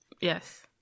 Yes